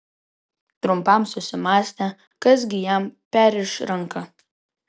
trumpam susimąstė kas gi jam perriš ranką